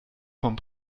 vom